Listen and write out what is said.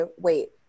wait